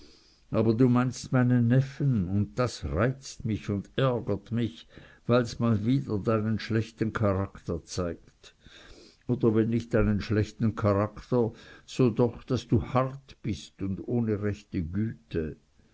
aber du meinst meinen neffen und das reizt mich und ärgert mich weil's mal wieder deinen schlechten charakter zeigt oder wenn nicht deinen schlechten charakter so doch daß du hart bist und ohne rechte güte